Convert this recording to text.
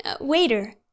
waiter